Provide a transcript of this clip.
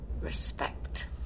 Respect